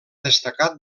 destacat